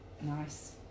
Nice